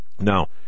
Now